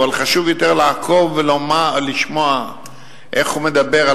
חשוב יותר לעקוב ולשמוע איך הוא מדבר על